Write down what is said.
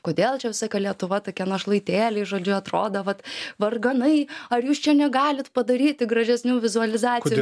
kodėl čia visą laiką lietuva tokie našlaitėliai žodžiu atrodo vat varganai ar jūs čia negalit padaryti gražesnių vizualizacijų